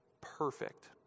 perfect